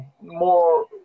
more